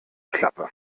klappe